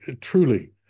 truly